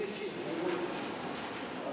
בתעסוקה,